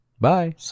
Bye